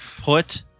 put